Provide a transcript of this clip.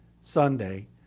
Sunday